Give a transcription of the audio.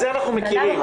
את זה אנחנו מכירים.